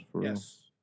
Yes